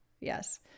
Yes